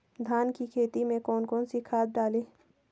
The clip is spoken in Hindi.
धान की खेती में कौन कौन सी खाद डालें?